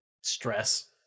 Stress